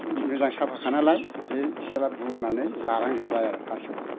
मोजां साफाखा नालाय ओइ सियाला बुरनानै जालांजोब्बाय आरो थास'खौ